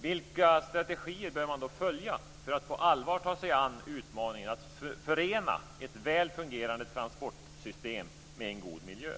Vilka strategier bör man då följa för att på allvar ta sig an utmaningen att förena ett väl fungerande transportsystem med en god miljö?